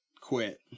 quit